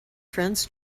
friends